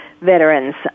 veterans